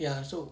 ya so